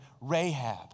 Rahab